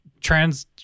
trans